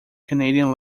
canadian